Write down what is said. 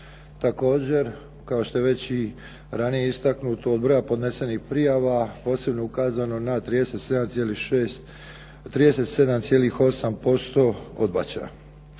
Također kao što je već i ranije istaknuto od broja podnesenih prijava posebno ukazano na 37,8% odbačaja.